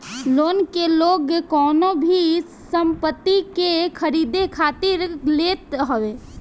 loan के लोग कवनो भी संपत्ति के खरीदे खातिर लेत हवे